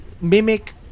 mimic